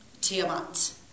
Tiamat